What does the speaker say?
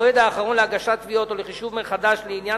המועד האחרון להגשת תביעות או לחישוב מחדש לעניין